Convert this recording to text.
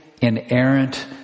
inerrant